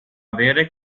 avere